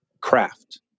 craft